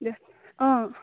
অঁ